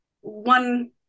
one